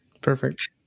perfect